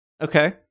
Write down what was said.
Okay